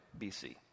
BC